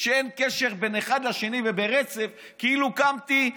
שאין קשר בין אחד לשני וברצף כאילו קמתי,